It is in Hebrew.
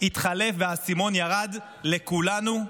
התחלף והאסימון ירד לכולנו,